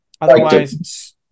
Otherwise